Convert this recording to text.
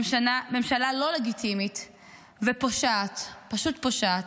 ממשלה לא לגיטימית ופושעת, פשוט פושעת.